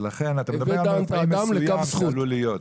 ולכן, אתה מדבר על מנופאי אחד מסוים שעלול להיות.